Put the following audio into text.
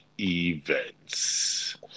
events